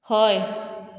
हय